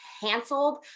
canceled